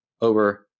over